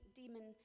demon